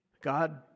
God